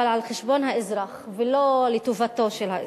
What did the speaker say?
אבל על חשבון האזרח ולא לטובתו של האזרח.